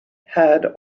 had